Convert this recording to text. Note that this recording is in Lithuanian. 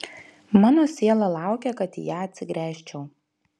mano siela laukia kad į ją atsigręžčiau